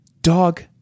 dog